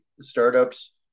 Startups